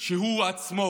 שהוא עצמו